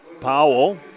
Powell